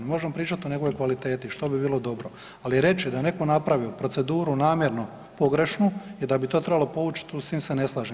Možemo pričati o njegovoj kvaliteti što bi bilo dobro, ali reći da je neko napravio proceduru namjerno pogrešno i da bi to trebalo povuć s tim se ne slažem.